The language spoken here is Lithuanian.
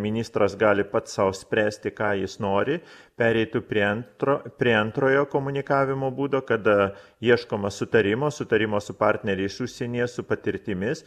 ministras gali pats sau spręsti ką jis nori pereitų prie antro prie antrojo komunikavimo būdo kada ieškoma sutarimo sutarimo su partneriais užsienyje su patirtimis